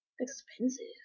Expensive